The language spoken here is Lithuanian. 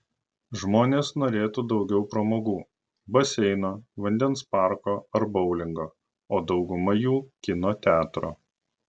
žmonės norėtų daugiau pramogų baseino vandens parko ar boulingo o dauguma jų kino teatro